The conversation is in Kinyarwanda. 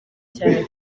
cyane